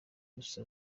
bruce